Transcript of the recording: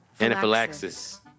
Anaphylaxis